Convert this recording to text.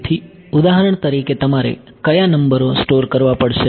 તેથી ઉદાહરણ તરીકે તમારે કયા નંબરો સ્ટોર કરવા પડશે